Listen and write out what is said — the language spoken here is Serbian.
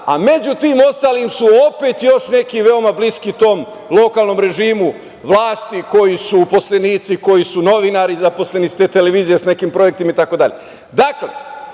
a među tim ostalim su opet još neki veoma bliski tom lokalnom režimu vlasti koji su uposlenici, koji su novinari, zaposleni sa te televizije sa nekim projektima itd. Dakle,